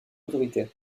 autoritaire